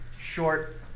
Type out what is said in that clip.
short